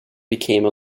became